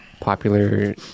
popular